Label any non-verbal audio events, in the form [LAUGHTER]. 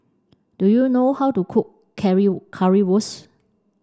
do you know how to cook [UNINTELLIGIBLE] Currywurst